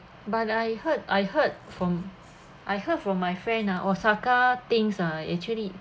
but I heard I heard from I heard from my friend ah osaka things are actually